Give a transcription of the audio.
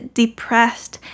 depressed